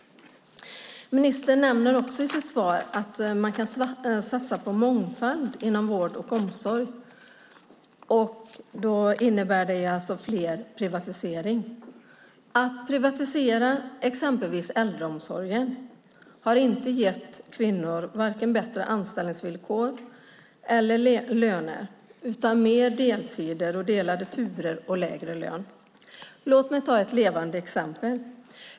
Ministern nämner också i sitt svar att man kan satsa på mångfald inom vård och omsorg. Det innebär alltså fler privatiseringar. Privatisering av exempelvis äldreomsorgen har inte gett kvinnor vare sig bättre anställningsvillkor eller bättre löner utan mer deltider och delade turer och lägre lön. Låt mig ta ett levande exempel!